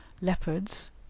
Leopards